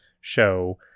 show